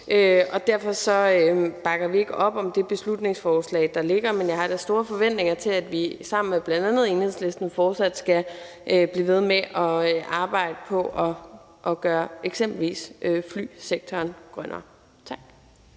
an. Derfor bakker vi ikke op om det beslutningsforslag, der ligger, men jeg har da store forventningerom, at vi sammen med bl.a. Enhedslisten fortsat vil blive ved med at arbejde på at gøre eksempelvis flysektoren grønnere. Tak.